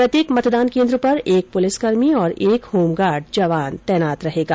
प्रत्येक मतदान केन्द्र पर एक पुलिसकर्मी और एक होमगार्ड जवान तैनात रहेगा